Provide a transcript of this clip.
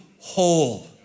whole